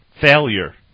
Failure